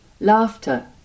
Laughter